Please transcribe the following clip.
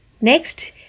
Next